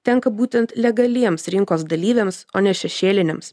tenka būtent legaliems rinkos dalyviams o ne šešėliniams